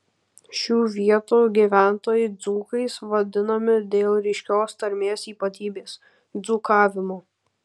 šių vietų gyventojai dzūkais vadinami dėl ryškios tarmės ypatybės dzūkavimo